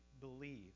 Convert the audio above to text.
believe